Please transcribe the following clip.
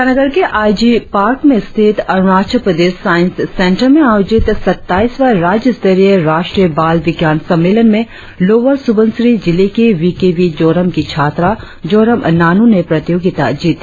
ईटानगर के I G park में स्थित अरुणाचल प्रदेश साईंस सेंटर में आयोजित सत्ताईसवां राज्य स्तरीय राष्ट्रीय बाल विज्ञान सम्मेलन में लोअर सुबनसिरी जिले के वी के वी जोरम की छात्रा जोरम नानु ने जीत हासिल की